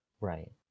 right